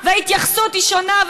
וההתייחסות היא שונה,